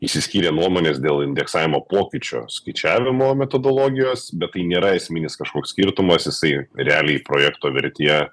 išsiskyrė nuomonės dėl indeksavimo pokyčio skaičiavimo metodologijos bet tai nėra esminis kažkoks skirtumas jisai realiai projekto vertėje